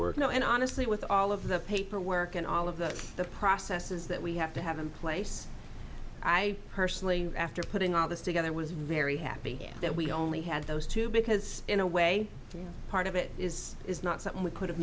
work know and honestly with all of the paperwork and all of that the processes that we have to have in place i personally after putting all this together was very happy that we only had those two because in a way part of it is is not something we could have